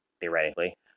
theoretically